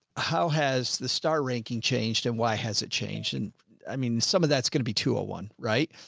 how has the star ranking changed and why has it changed? and i mean, some of that's going to be two oh one, right?